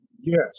Yes